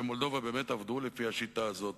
במולדובה באמת עבדו לפי השיטה הזאת,